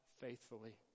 faithfully